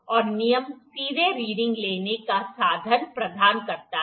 और नियम सीधे रीडिंग लेने का साधन प्रदान करता है